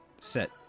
set